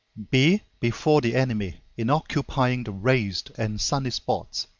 be before the enemy in occupying the raised and sunny spots,